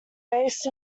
based